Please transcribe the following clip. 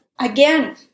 again